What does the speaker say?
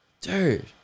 dude